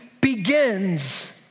begins